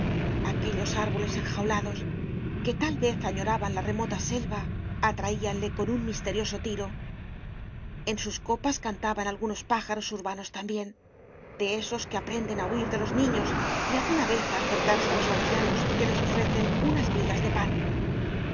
aquellos árboles enjaulados que tal vez añoraban la remota selva atraíanle con un misterioso tiro en sus copas cantaban algunos pájaros urbanos también de esos que aprenden a huir de los niños y alguna vez a acercarse a los ancianos que les ofrecen unas migas de pan cuántas